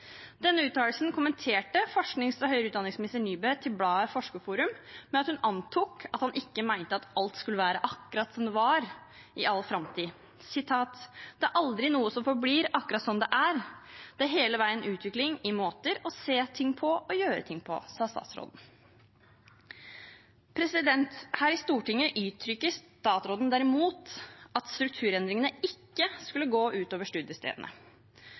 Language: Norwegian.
Denne uttalelsen kommenterte forsknings- og høyere utdanningsminister Nybø til bladet Forskerforum, der hun antok at han ikke mente at alt skulle være akkurat som det var, i all framtid: «Det er aldri noe som forblir akkurat sånn som det er. Det er hele veien utvikling i måter å se ting på og gjøre ting på, svarer Nybø.» Her i Stortinget uttrykker statsråden derimot at strukturendringene ikke skulle gå ut over studiestedene.